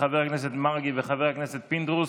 חבר הכנסת מרגי וחבר הכנסת פינדרוס,